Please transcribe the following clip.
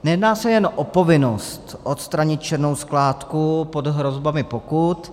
Nejedná se jen o povinnost odstranit černou skládku pod hrozbami pokut.